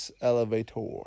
Elevator